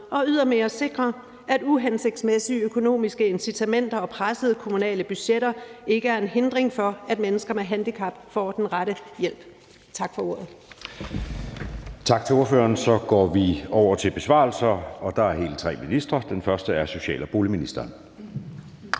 og ydermere sikre, at uhensigtsmæssige økonomiske incitamenter og pressede kommunale budgetter ikke er en hindring for, at mennesker med handicap får den rette hjælp. Tak for ordet. Kl. 10:11 Anden næstformand (Jeppe Søe): Tak til ordføreren. Så går vi over til besvarelsen, og der er hele tre ministre. Den første er social- og boligministeren.